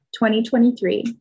2023